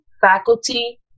faculty